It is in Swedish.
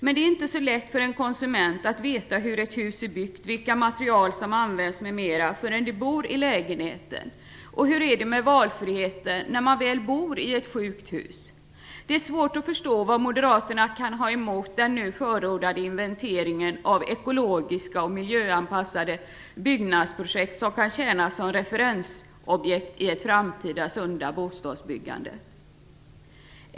Men det är inte så lätt för en konsument att veta hur ett hus är byggt, vilka material som använts m.m. förrän man bor i lägenheten, och hur är det med valfriheten när man väl bor i ett "sjukt" hus? Det är svårt att förstå vad moderaterna kan ha emot den nu förordade inventeringen av ekologiska och miljöanpassade byggnadsprojekt som kan tjäna som referensobjekt i det framtida sunda bostadsbyggandet.